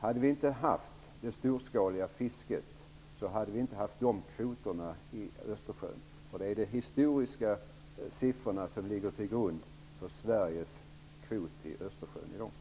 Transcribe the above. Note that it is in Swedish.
Hade vi inte haft det storskaliga fisket så hade vi inte haft de kvoter i Östersjön som vi har. Det är de historiska siffrorna som ligger till grund för Sveriges kvot i